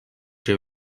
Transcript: şey